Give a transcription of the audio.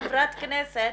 כחברת כנסת,